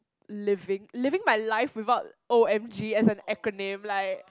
living living my life without O_M_G as an acronym like